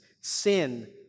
sin